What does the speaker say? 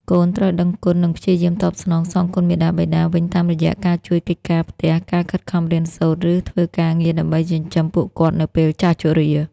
កូនត្រូវដឹងគុណ និងព្យាយាមតបស្នងសងគុណមាតាបិតាវិញតាមរយៈការជួយកិច្ចការងារផ្ទះ ការខិតខំរៀនសូត្រ ឬធ្វើការងារដើម្បីចិញ្ចឹមពួកគាត់នៅពេលចាស់ជរា។